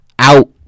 Out